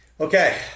Okay